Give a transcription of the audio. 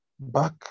back